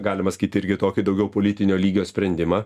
galima sakyt irgi tokį daugiau politinio lygio sprendimą